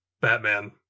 Batman